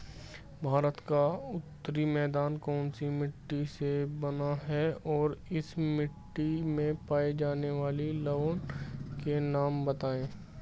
भारत का उत्तरी मैदान कौनसी मिट्टी से बना है और इस मिट्टी में पाए जाने वाले लवण के नाम बताइए?